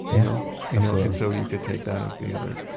yeah, absolutely and so you could take that as the other,